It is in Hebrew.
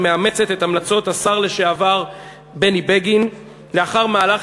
שמאמצת את המלצות השר לשעבר בני בגין לאחר מהלך